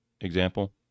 example